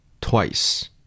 Twice